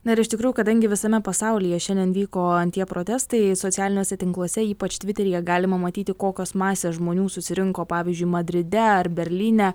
na ir iš tikrųjų kadangi visame pasaulyje šiandien vyko tie protestai socialiniuose tinkluose ypač tviteryje galima matyti kokios masės žmonių susirinko pavyzdžiui madride ar berlyne